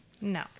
No